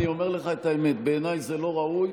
אני אומר לך את האמת, בעיניי זה לא ראוי.